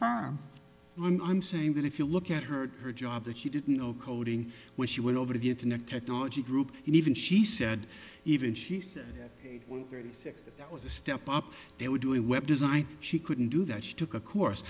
affirm when i'm saying that if you look at her her job that she didn't know coding when she went over the internet technology group even she said even she said it was a step up they were doing web design she couldn't do that she took a course